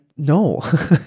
No